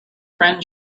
friend